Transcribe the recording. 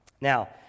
Now